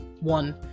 One